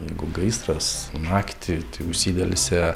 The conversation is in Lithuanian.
jeigu gaisras naktį tai užsidelsia